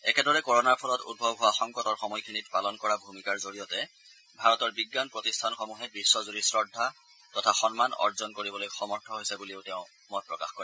একেদৰে কৰ নাৰ ফলত উদ্ভৱ হোৱা সংকটৰ সময়খিনিত পালন কৰা ভূমিকাৰ জৰিয়তে ভাৰতৰ বিজ্ঞান প্ৰতিষ্ঠানসমূহে বিধজুৰি শ্ৰদ্ধা তথা সন্মান অৰ্জন কৰিবলৈ সমৰ্থ হৈছে বুলিও তেওঁ মতপ্ৰকাশ কৰে